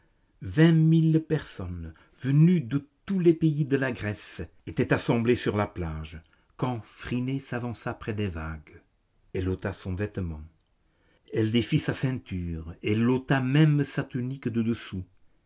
mule personnes venues de tous les pays de la grèce étaient assemblées sur la plage quand phryné s'avança près des vagues elle ôta son vêtement elle défit sa ceinture elle ôta même sa tunique de dessous